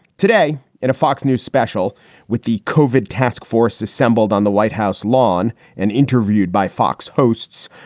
today in a fox news special with the cauvin task force assembled on the white house lawn and interviewed by fox hosts,